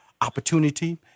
opportunity